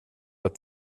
att